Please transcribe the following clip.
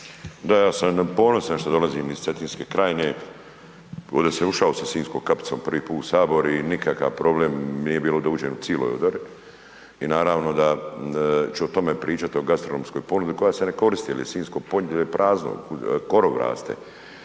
Da ja sam ponosan što dolazim iz Cetinske krajine, ovde sam ušao sa sinjskom kapicom prvi put u sabor i nikakav problem nije bilo da uđem u ciloj odori i naravno da ću o tome pričat o gastronomskoj ponudi koja se ne koristi jer je Sinjsko polje prazno, korov raste.